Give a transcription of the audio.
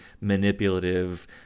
manipulative